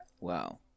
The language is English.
Wow